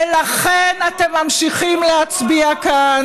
ולכן אתם ממשיכים להצביע כאן,